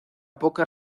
poca